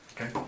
Okay